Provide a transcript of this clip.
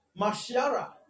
mashara